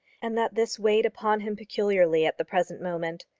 and that this weighed upon him peculiarly at the present moment.